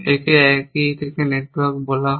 একে একই থেকে একটি নেটওয়ার্ক বলা হয়